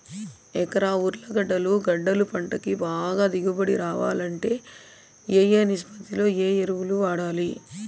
ఎకరా ఉర్లగడ్డలు గడ్డలు పంటకు బాగా దిగుబడి రావాలంటే ఏ ఏ నిష్పత్తిలో ఏ ఎరువులు వాడాలి?